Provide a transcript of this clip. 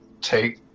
take